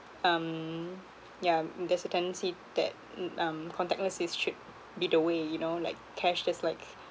um yeah there's a tendency that mm um contactless is should be the way you know like cash just like